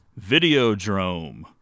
Videodrome